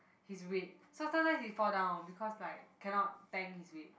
his weight so sometime he fall dawn because like cannot tank his weight